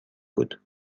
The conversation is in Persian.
بود